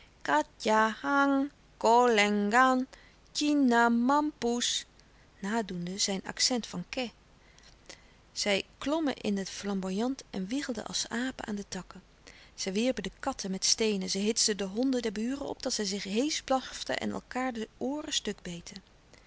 mampoes nadoende zijn accent van kè zij klommen in den flamboyant en wiegelden als apen aan de takken zij wierpen de katten met steenen zij hitsten de honden der buren op tot zij zich heesch blaften en elkaâr de ooren stuk